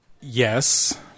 Yes